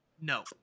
No